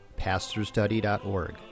pastorstudy.org